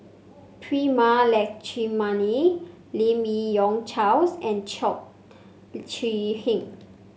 Prema Letchumanan Lim Yi Yong Charles and Chong Kee Hiong